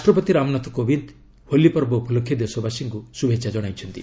ରାଷ୍ଟପତି ରାମନାଥ କୋବିନ୍ଦ ହୋଲି ପର୍ବ ଉପଲକ୍ଷେ ଦେଶବାସୀଙ୍କ ଶ୍ରଭେଚ୍ଛା ଜଣାଇଛନ୍ତି